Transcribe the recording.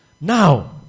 Now